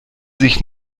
sich